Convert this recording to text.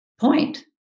point